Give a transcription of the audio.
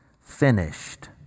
finished